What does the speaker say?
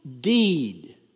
deed